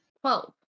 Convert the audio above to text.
Twelve